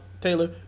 Taylor